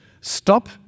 Stop